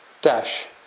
Dash